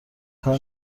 کار